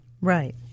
Right